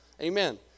Amen